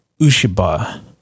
Ushiba